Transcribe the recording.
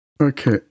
Okay